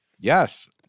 Yes